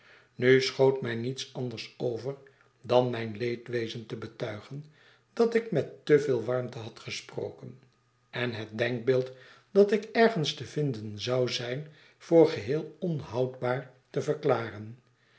nu schoot mij niets anders over dan mijn leedwezen te betuigen dat ik met te veel warmte had gesproken en het denkbeeld dat ik ergens te vinden zou zijn voor geheel onhoudbaar te verklaren